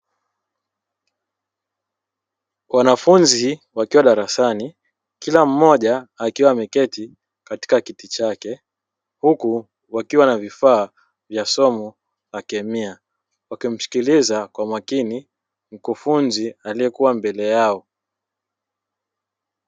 Wanafunzi wakiwa darasani, kila mmoja akiwa ameketi katika kiti chake huku wakiwa na vifaa vya somo la kemia, wakimsikiliza kwa makini mkufunzi aliyekuwa mbele yao.